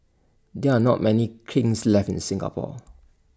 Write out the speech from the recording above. there are not many kilns left in Singapore